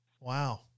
Wow